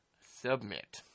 submit